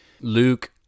Luke